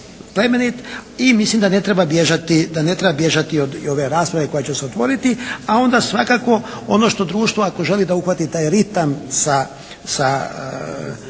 i mislim da ne treba bježati od ove rasprave koja će se otvoriti. A onda svakako ono što društvo ako želi da uhvati taj ritam sa